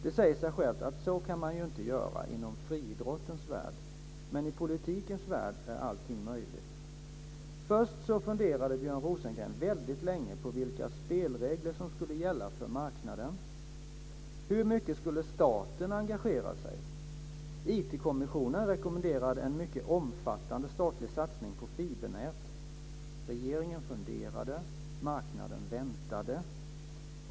Det säger sig självt att man inte kan göra så inom friidrottens värld, men i politikens värld är allting möjligt. Först funderade Björn Rosengren väldigt länge på vilka spelregler som skulle gälla för marknaden. Hur mycket skulle staten engagera sig? IT kommissionen rekommenderade en mycket omfattande statlig satsning på fibernät. Regeringen funderade, och marknaden väntade.